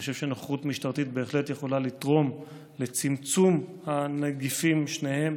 אני חושב שנוכחות משטרתית בהחלט יכולה לתרום לצמצום הנגיפים שניהם,